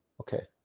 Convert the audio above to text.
Okay